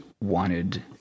wanted